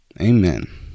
Amen